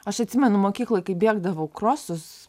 aš atsimenu mokykloj kaip bėgdavau krosus